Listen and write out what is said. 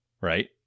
right